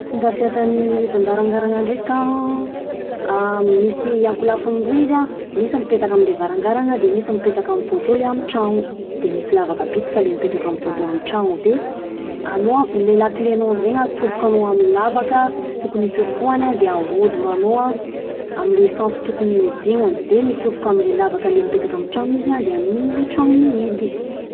Fomba fiasan'ny hidim-barangarana ndreka misy ankolafiny roa izy an, de misy mipetaka amle varangarana de misy mipetaka amin'ny poto le amin'ny tragno de misy lavaka bitika le amin'ny poto amin'ny tragno de anao anle laklenao am'zegny an atsofokanao amin'ny lavaka tokony hitsofohany an de ahodina anao an amle sensy tokony hiodinany de mitsofoka amle lavaka le mipetaka amin'ny tragno izy an de amin'iny le tragno mihidy.